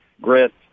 grit